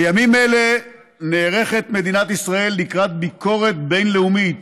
בימים אלה נערכת מדינת ישראל לקראת ביקורת בין-לאומית